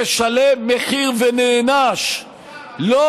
משלם מחיר ונענש, יש ראיות, השר.